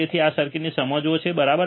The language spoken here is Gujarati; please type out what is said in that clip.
તેથી તમે આ સર્કિટને સમજો છો બરાબર